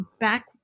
back